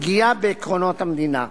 פגיעה בעקרונות המדינה,